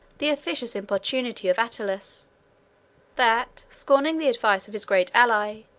the officious importunity of attalus that, scorning the advice of his great ally,